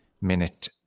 minute